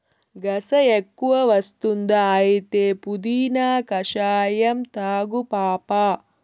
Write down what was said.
గస ఎక్కువ వస్తుందా అయితే పుదీనా కషాయం తాగు పాపా